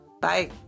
Bye